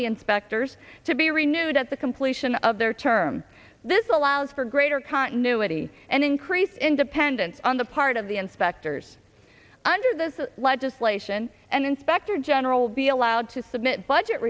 the inspectors to be renewed at the completion of their term this allows for greater continuity and increase independence on the part of the inspectors under this legislation and inspector general be allowed to submit budget